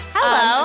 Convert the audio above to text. Hello